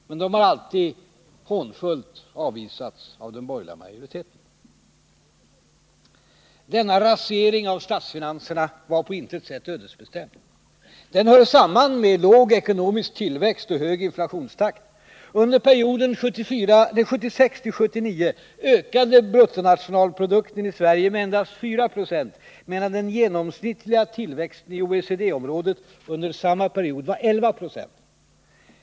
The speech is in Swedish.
Men de har alltid hånfullt avvisats av den borgerliga majoriteten. Denna rasering av statsfinanserna var på intet sätt ödesbestämd. Den hör samman med låg ekonomisk tillväxt och hög inflationstakt. Under perioden 1976-1979 ökade bruttonationalprodukten i Sverige med endast 4 20, medan den genomsnittliga tillväxten i OECD-området under samma period var 11 20.